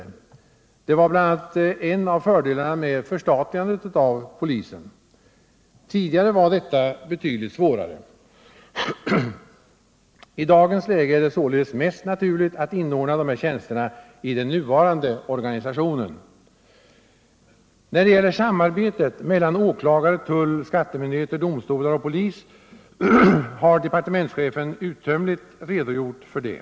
Det var dock bl.a. en av fördelarna med förstatligandet av polisen. Tidigare var detta betydligt svårare. I dagens läge är det således mest naturligt att inordna dessa tjänster i den nuvarande organisationen. När det gäller samarbetet mellan åklagare, tull, skattemyndighet, domstolar och polis så har departementschefen uttömligt redogjort för det.